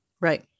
Right